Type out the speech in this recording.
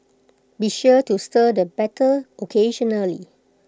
be sure to stir the batter occasionally